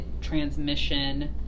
transmission